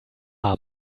hamm